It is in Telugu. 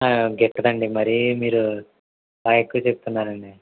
గిట్టదు అండి మరీ మీరు బాగ ఎక్కువ చెప్తున్నారు అండి